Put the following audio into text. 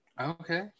Okay